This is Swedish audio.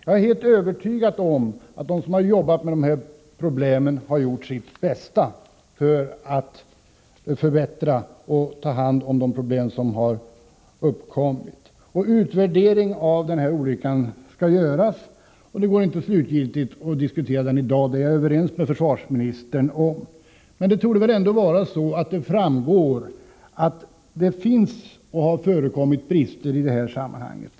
Jag är helt övertygad om att de som arbetat med det inträffade har gjort sitt bästa för att lösa de problem som uppkommit. En utvärdering av olyckan skall göras, och jag är överens med försvarsministern om att det därför inte går att slutgiltigt diskutera frågan i dag. Men det torde ändå ha framgått att det finns brister i sammanhanget.